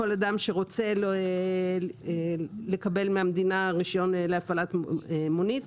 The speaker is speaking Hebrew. כל אדם שרוצה לקבל מהמדינה רישיון להפעלת מונית,